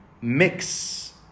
mix